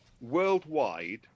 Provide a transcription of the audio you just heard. worldwide